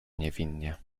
niewinnie